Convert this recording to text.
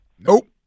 Nope